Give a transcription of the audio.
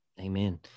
Amen